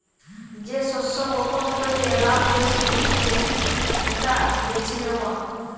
যে শস্য বপণ কইরে লাভ বেশি হতিছে সেটা বেছে নেওয়া